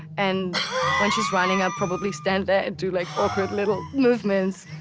and when she's running, i'll probably stand there and do like awkward little movements,